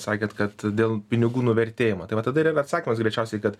sakėt kad dėl pinigų nuvertėjimo tai va tada ir atsakymas greičiausiai kad